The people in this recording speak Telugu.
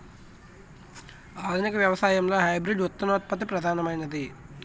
ఆధునిక వ్యవసాయంలో హైబ్రిడ్ విత్తనోత్పత్తి ప్రధానమైనది